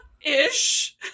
ish